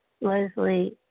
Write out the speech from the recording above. Leslie